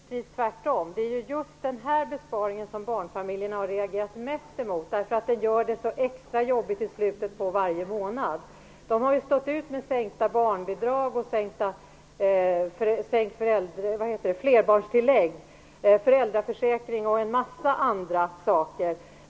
Fru talman! Det är ju precis tvärtom! Det är just den här besparingen som barnfamiljerna har reagerat mest emot. Den gör det nämligen så extra jobbigt i slutet av varje månad. De har stått ut med sänkta barnbidrag, sänkt flerbarnstillägg, sänkt föräldraförsäkring och en massa andra saker.